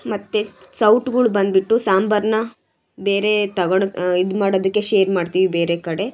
ಮತ್ತು ಸೌಟುಗಳ್ ಬಂದುಬಿಟ್ಟು ಸಾಂಬಾರ್ನ ಬೇರೇ ತಗೊಳೋ ಇದು ಮಾಡೋದಕ್ಕೆ ಶೇರ್ ಮಾಡ್ತೀವಿ ಬೇರೆ ಕಡೆ